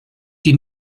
die